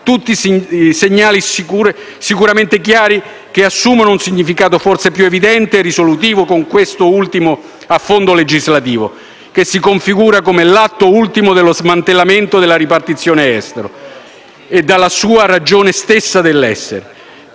tutti segnali sicuramente chiari, che assumono un significato forse più evidente e risolutivo con questo ultimo affondo legislativo, che si configura come l'atto ultimo dello smantellamento della ripartizione estero e della sua ragion d'essere.